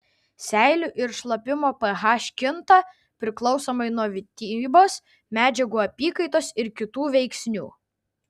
seilių ir šlapimo ph kinta priklausomai nuo mitybos medžiagų apykaitos ir kitų veiksnių